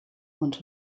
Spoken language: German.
und